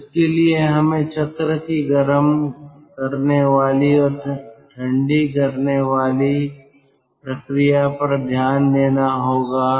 तो इसके लिए हमें चक्र की गर्म करने वाली और ठंडी करने वाली प्रक्रिया पर ध्यान देना होगा